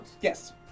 Yes